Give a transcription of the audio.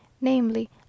namely